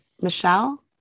Michelle